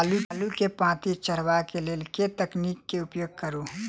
आलु केँ पांति चरावह केँ लेल केँ तकनीक केँ उपयोग करऽ?